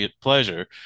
pleasure